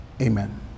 amen